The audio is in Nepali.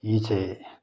यी चाहिँ